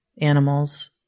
animals